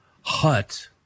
hut